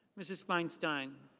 mrs. feinstein.